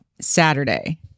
Saturday